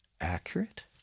Accurate